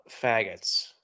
faggots